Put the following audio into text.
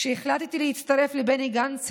כשהחלטתי להצטרף לבני גנץ,